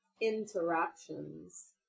interactions